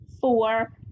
Four